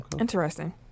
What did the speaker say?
Interesting